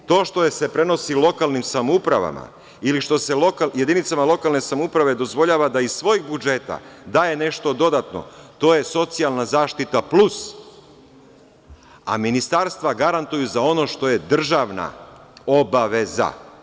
To što se prenosi lokalnim samoupravama ili što se jedinicama lokalne samouprave dozvoljava da iz svojih budžeta daje nešto dodatno, to je socijalna zaštita plus, a ministarstva garantuju za ono što je državna obaveza.